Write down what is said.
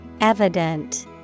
Evident